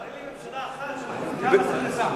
תראה לי ממשלה אחת שמפחיתה מס הכנסה.